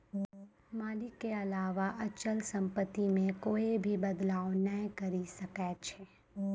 मालिक के अलावा अचल सम्पत्ति मे कोए भी बदलाव नै करी सकै छै